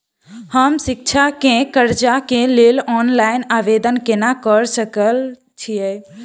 हम शिक्षा केँ कर्जा केँ लेल ऑनलाइन आवेदन केना करऽ सकल छीयै?